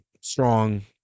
strong